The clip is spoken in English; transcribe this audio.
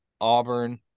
Auburn